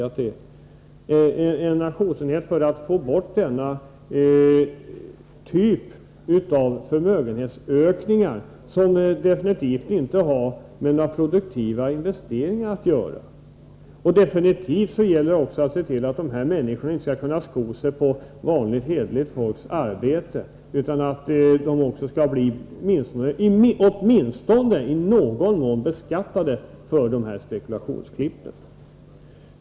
Det gäller en aktionsenhet för att få bort denna typ av förmögenhetsökningar, som absolut inte har med några produktiva investeringar att göra. Det gäller också att se till att de här människorna inte skall kunna sko sig på vanligt hederligt folks arbete, utan att de också skall bli, åtminstone i någon mån, beskattade för spekulationsklippen.